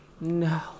no